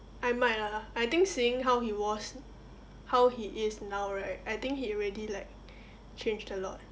I might lah I think seeing how he was how he is now right I think he really like changed a lot